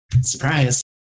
Surprise